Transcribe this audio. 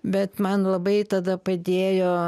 bet man labai tada padėjo